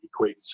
equates